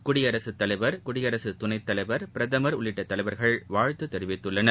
குடியரசுத்தலைவர் குடியரசு துணைத்தலைவர் பிரதமர் உள்ளிட்ட தலைவர்கள் வாழ்த்து தெரிவித்துள்ளனர்